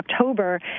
October